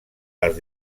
els